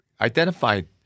identified